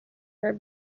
her